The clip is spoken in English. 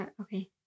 Okay